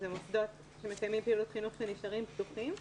זה מוסדות שמקיימים פעילות חינוך, שנשארים פתוחים,